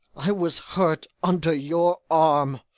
i was hurt under your arm.